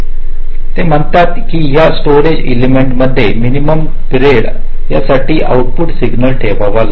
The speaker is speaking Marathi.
पहा ते म्हणतात की या स्टोरेज एडलमेंट मध्ये मिनिमम पिरियड साठी त्यांचे आउट पुट सिग्नल ठेवावे लागेल